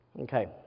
Okay